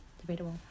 debatable